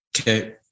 Okay